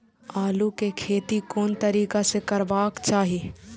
आलु के खेती कोन तरीका से करबाक चाही?